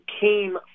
came